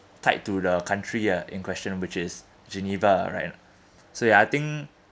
tied to the country ah in question which is geneva right so ya I think